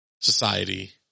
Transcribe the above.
society